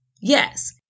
yes